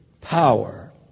power